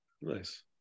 Nice